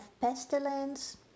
pestilence